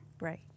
Right